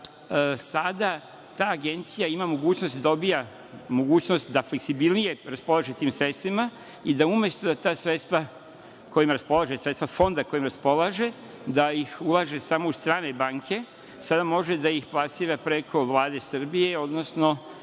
sada ta Agencija ima mogućnost i dobija mogućnost da fleksibilnije raspolaže tim sredstvima i da umesto da da sredstva kojima raspolaže, sredstva Fonda kojima raspolaže, da ih ulaže samo u strane banke, sada može da ih plasira preko Vlade Srbije, odnosno